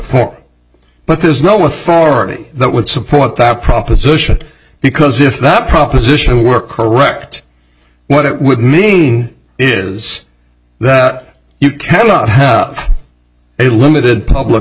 forum but there is no authority that would support that proposition because if that proposition work correctly what it would mean is that you cannot have a limited public